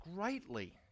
greatly